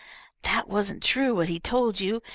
that wasn't true what he told you.